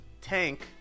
tank